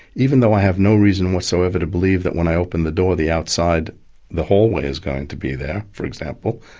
even though i have no reason whatsoever to believe that when i open the door the outside hallway is going to be there, for example,